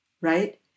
right